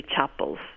chapels